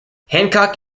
hancock